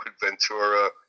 Ventura